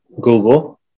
Google